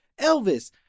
Elvis